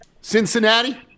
Cincinnati